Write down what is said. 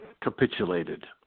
capitulated